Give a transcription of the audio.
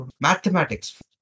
mathematics